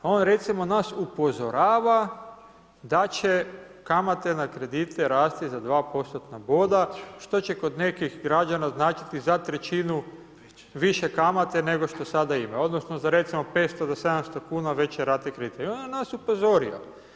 On recimo nas upozorava da će kamate na kredite rasti za 2%-tna boda što će kod nekih građana značiti za 1/3 više kamate nego što sada ima, odnosno za recimo 500-700 kuna veće rate kredita i onda nas upozorio.